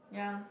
yeah